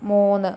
മൂന്ന്